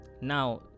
Now